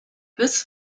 this